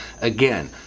Again